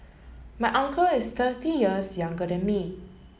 my uncle is thirty years younger than me